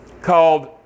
called